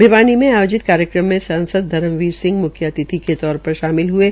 भिवानी में आयोजित कार्यक्रम में सांसद धर्मबीर सिह सैनी म्ख्य अतिथि के तौर पर शामिल हये